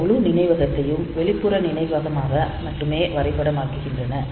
இந்த முழு நினைவகத்தையும் வெளிப்புற நினைவகமாக மட்டுமே வரைபடமாக்குகின்றன